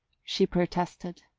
she protested.